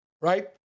Right